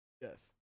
Yes